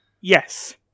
Yes